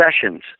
Sessions